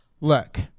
look